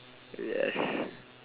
yes